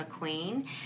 McQueen